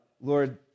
Lord